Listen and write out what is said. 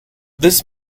this